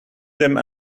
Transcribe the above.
them